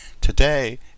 Today